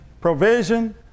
Provision